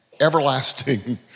everlasting